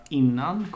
innan